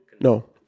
No